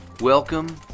Welcome